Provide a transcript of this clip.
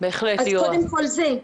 אז קודם כל זה.